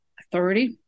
authority